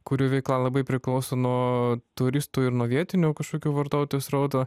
kurių veikla labai priklauso nuo turistų ir nuo vietinių kažkokių vartotojų srauto